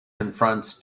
confronts